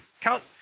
count